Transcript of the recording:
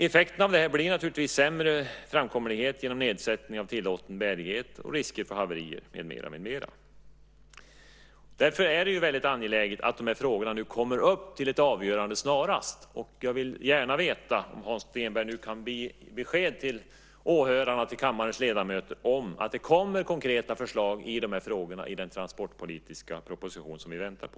Effekten av detta blir naturligtvis sämre framkomlighet genom nedsättning av tillåten bärighet och risker för haverier med mera. Därför är det väldigt angeläget att de här frågorna kommer upp till ett avgörande snarast. Jag vill gärna veta om Hans Stenberg nu kan ge besked till åhörarna och kammarens ledamöter om att det kommer konkreta förslag i de här frågorna i den transportpolitiska proposition som vi väntar på.